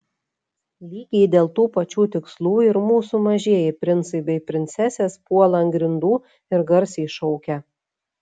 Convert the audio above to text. lygiai dėl tų pačių tikslų ir mūsų mažieji princai bei princesės puola ant grindų ir garsiai šaukia